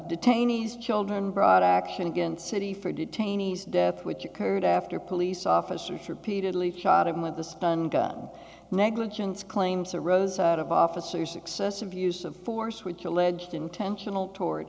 detainees children brought action against city for detainees death which occurred after police officers repeatedly shot him with the sponge negligence claims arose out of officers excessive use of force which alleged intentional toward